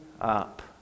up